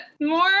more